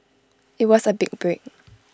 IT was A big break